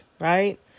right